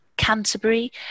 Canterbury